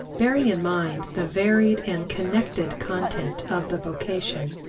bearing in mind the varied and connected content of the vocation,